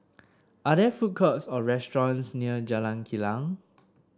are there food courts or restaurants near Jalan Kilang